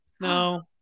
no